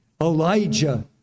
Elijah